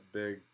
big